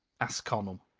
asked connel.